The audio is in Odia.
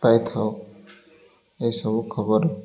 ପାଇଥାଉ ଏସବୁ ଖବର